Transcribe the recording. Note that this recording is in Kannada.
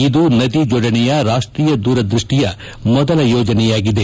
ಇದು ನದಿ ಜೋಡಣೆಯ ರಾಷ್ಟೀಯ ದೂರದೃಷ್ಟಿಯ ಮೊದಲ ಯೋಜನೆಯಾಗಿದೆ